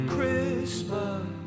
Christmas